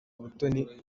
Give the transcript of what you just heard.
butoni